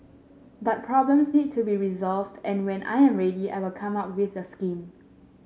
but problems need to be resolved and when I am ready I will come out with the scheme